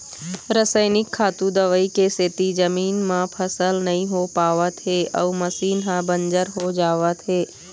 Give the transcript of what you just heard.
रसइनिक खातू, दवई के सेती जमीन म फसल नइ हो पावत हे अउ जमीन ह बंजर हो जावत हे